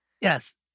Yes